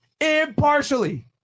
impartially